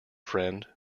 friend